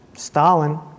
Stalin